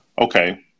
Okay